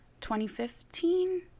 2015